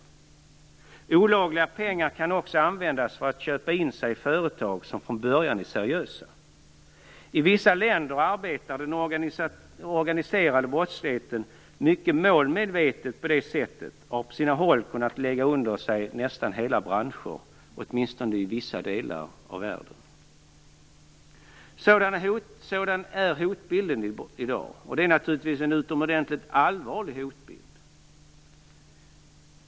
Pengar från olaglig verksamhet kan också användas för inköp av andelar i företag som från början är seriösa. I vissa länder arbetar den organiserade brottsligheten mycket målmedvetet på det sättet och har på sina håll kunnat lägga under sig nästan hela branscher, åtminstone i vissa delar av världen. Sådan är hotbilden i dag, och det är naturligtvis en utomordentligt allvarlig hotbild.